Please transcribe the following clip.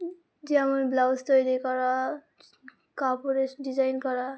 যেমন ব্লাউজ তৈরি করা কাপড়ের ডিজাইন করা